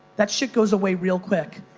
that shit goes away real quick.